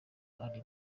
ari